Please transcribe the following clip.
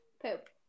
poop